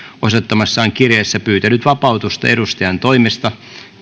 osoittamassaan kirjeessä pyytänyt vapautusta edustajantoimesta